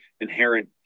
inherent